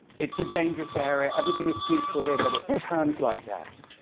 it's a dangerous area. everything is peaceful here. but it turns like that.